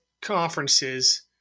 conferences